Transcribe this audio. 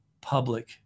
public